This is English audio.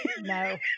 no